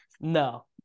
No